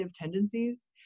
tendencies